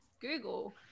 Google